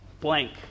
blank